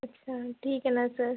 अच्छा ठीक है ना सर